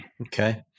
Okay